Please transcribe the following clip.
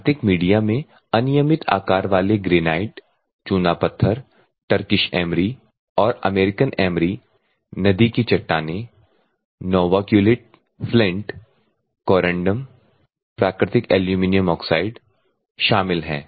प्राकृतिक मीडिया में अनियमित आकार वाले ग्रेनाइट चूना पत्थर टर्किश एमरी और अमेरिकन एमरी नदी की चट्टानें नोवा क्यूलिट फ्लिन्ट कोरन्डम प्राकृतिक एल्यूमीनियम ऑक्साइड शामिल हैं